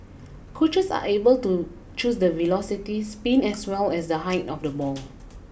coaches are able to choose the velocity spin as well as the height of the ball